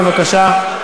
בבקשה.